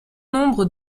nombre